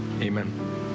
amen